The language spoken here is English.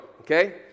okay